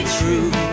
true